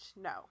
no